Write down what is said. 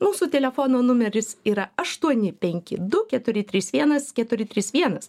mūsų telefono numeris yra aštuoni penki du keturi trys vienas keturi trys vienas